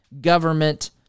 government